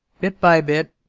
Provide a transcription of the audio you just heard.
bit by bit,